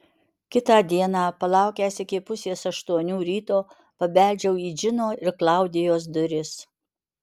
kitą dieną palaukęs iki pusės aštuonių ryto pabeldžiau į džino ir klaudijos duris